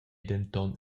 denton